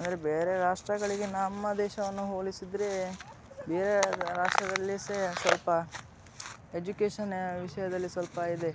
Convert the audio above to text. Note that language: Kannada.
ಅಂದರೆ ಬೇರೆ ರಾಷ್ಟ್ರಗಳಿಗೆ ನಮ್ಮ ದೇಶವನ್ನು ಹೋಲಿಸಿದರೆ ಬೇರೆ ರಾಷ್ಟ್ರಗಳಲ್ಲಿ ಸಹ ಸ್ವಲ್ಪ ಎಜುಕೇಶನ್ ವಿಷಯದಲ್ಲಿ ಸ್ವಲ್ಪ ಇದೆ